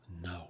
No